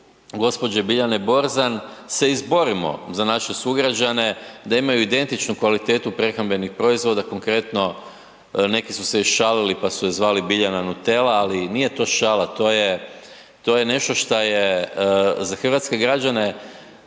gospođe Biljane Borzan se izborimo za naše sugrađane da imaju identičnu kvalitetu prehrambenih proizvoda konkretno neki su se i šalili pa su je zvali Biljana Nutella, ali nije to šala to je nešto šta je za hrvatske građane,